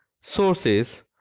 sources